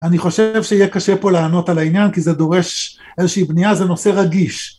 אני חושב שיהיה קשה פה לענות על העניין, כי זה דורש איזושהי בנייה, זה נושא רגיש.